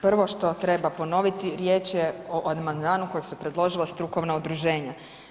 Prvo što treba ponoviti, riječ je o amandmanu kojeg su predložila strukovna udruženja.